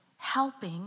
helping